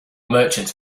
merchants